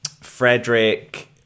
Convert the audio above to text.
Frederick